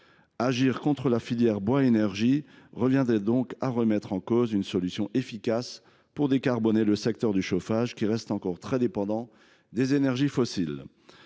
Agir contre la filière bois énergie reviendrait donc à remettre en cause une solution efficace pour décarboner le secteur du chauffage, qui reste encore très dépendant des énergies fossiles.